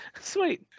Sweet